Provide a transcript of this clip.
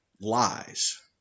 lies